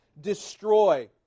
destroy